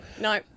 No